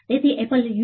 તેથી apple you